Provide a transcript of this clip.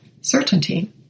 certainty